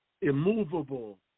immovable